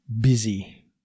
busy